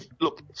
Look